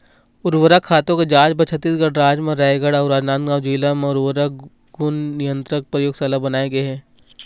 उरवरक खातू के जांच बर छत्तीसगढ़ राज म रायगढ़ अउ राजनांदगांव जिला म उर्वरक गुन नियंत्रन परयोगसाला बनाए गे हे